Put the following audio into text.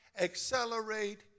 accelerate